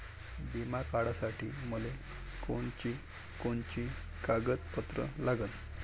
बिमा काढासाठी मले कोनची कोनची कागदपत्र लागन?